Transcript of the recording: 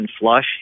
flush